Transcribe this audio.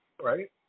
Right